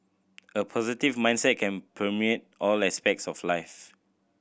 a positive mindset can permeate all aspects of life